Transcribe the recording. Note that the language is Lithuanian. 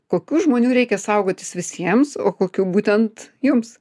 kokių žmonių reikia saugotis visiems o kokių būtent jums